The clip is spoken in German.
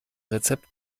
rezept